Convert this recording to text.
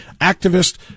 activist